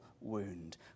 wound